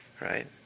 Right